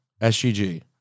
SGG